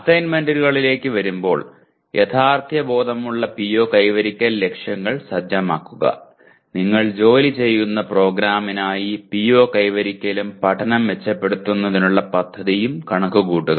അസൈൻമെന്റുകളിലേക്ക് വരുമ്പോൾ യാഥാർഥ്യ ബോധമുള്ള PO കൈവരിക്കൽ ലക്ഷ്യങ്ങൾ സജ്ജമാക്കുക നിങ്ങൾ ജോലി ചെയ്യുന്ന പ്രോഗ്രാമിനായി PO കൈവരിക്കലും പഠനം മെച്ചപ്പെടുത്തുന്നതിനുള്ള പദ്ധതിയും കണക്കുകൂട്ടുക